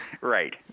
right